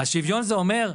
שוויון זה אומר: